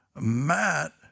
Matt